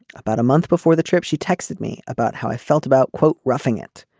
about a month before the trip she texted me about how i felt about quote roughing it.